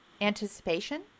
anticipation